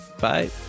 Bye